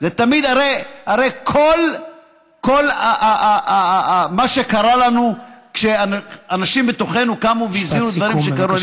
הרי תמיד כל מה שקרה לנו כשאנשים בתוכנו קמו והזהירו מדברים שקרו,